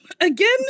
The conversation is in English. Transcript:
again